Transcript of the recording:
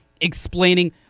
explaining